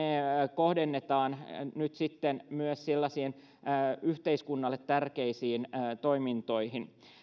kohdennetaan nyt sitten myös yhteiskunnalle tärkeisiin toimintoihin